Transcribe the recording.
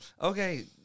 Okay